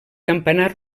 campanar